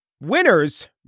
Winners